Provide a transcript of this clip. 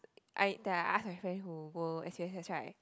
I that I ask my friend who go S H H I